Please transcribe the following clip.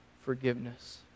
forgiveness